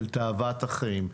של תאוות החיים,